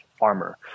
armor